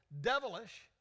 devilish